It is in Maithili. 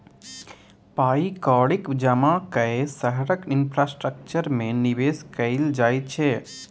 पाइ कौड़ीक जमा कए शहरक इंफ्रास्ट्रक्चर मे निबेश कयल जाइ छै